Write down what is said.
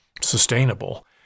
sustainable